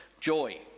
Joy